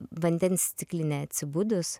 vandens stiklinė atsibudus